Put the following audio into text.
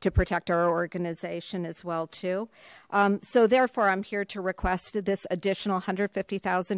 to protect our organization as well too so therefore i'm here to request this additional one hundred and fifty thousand